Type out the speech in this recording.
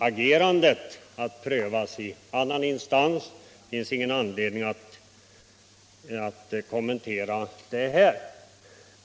agerandet i detta avseende kommer att prövas av annan instans. Det finns ingen anledning att kommentera det här.